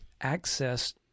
access